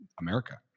America